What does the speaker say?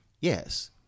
Yes